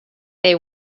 they